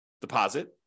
deposit